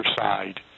side